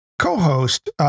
co-host